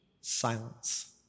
silence